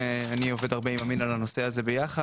אני עובד הרבה עם אמין על הנושא הזה ביחד,